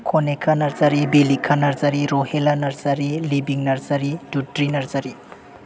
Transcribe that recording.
Kanika Narzary Delika Narzary Rahela Narzary Libing Narzary Dudri Narzary